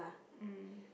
um